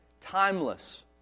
timeless